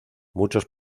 muchos